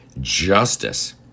justice